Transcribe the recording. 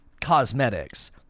cosmetics